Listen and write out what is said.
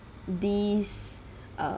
these err